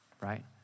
right